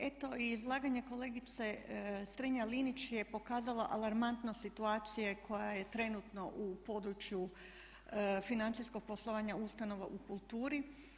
Eto izlaganje kolegice Strenja Linić je pokazala alarmantnost situacije koja je trenutno u području financijskog poslovanja ustanova u kulturi.